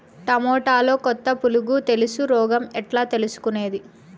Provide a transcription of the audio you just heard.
టమోటాలో కొత్త పులుగు తెలుసు రోగం ఎట్లా తెలుసుకునేది?